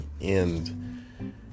end